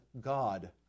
God